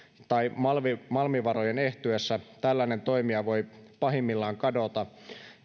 tai malmivarojen ehtyessä tällainen toimija voi pahimmillaan kadota